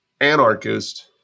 anarchist